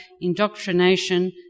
indoctrination